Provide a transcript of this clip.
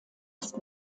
ist